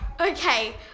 Okay